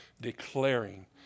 declaring